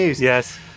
yes